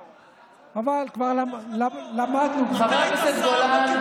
ברק: היו"ר קרן ברק: חבר הכנסת גולן,